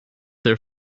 their